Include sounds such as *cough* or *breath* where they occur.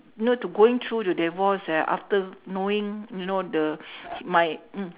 you know to going through the divorce ah after knowing you know the my *breath*